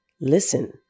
Listen